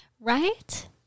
right